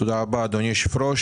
תודה רבה, אדוני היושב-ראש.